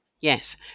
yes